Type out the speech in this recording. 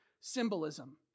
symbolism